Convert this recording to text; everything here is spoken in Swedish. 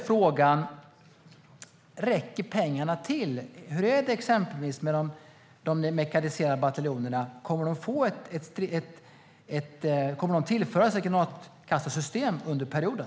Frågan är om pengarna räcker till. Kommer exempelvis de mekaniserade bataljonerna att tillföras ett granatkastarsystem under perioden?